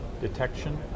detection